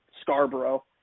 Scarborough